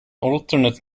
alternate